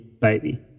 baby